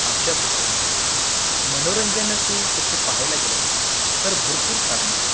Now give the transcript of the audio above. आमच्या भागात मनोरंजनाचे तसे पहायला गेलात तर भरपूर साधनं आहेत